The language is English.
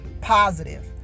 positive